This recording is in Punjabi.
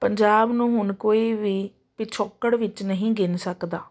ਪੰਜਾਬ ਨੂੰ ਹੁਣ ਕੋਈ ਵੀ ਪਿਛੋਕੜ ਵਿੱਚ ਨਹੀਂ ਗਿਣ ਸਕਦਾ